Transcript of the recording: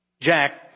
Jack